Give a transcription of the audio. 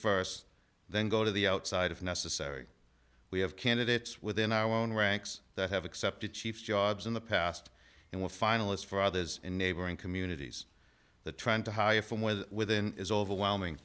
st then go to the outside if necessary we have candidates within our own ranks that have accepted chief jobs in the past and will finalist for others in neighboring communities that trying to hire from within is overwhelming